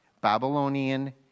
Babylonian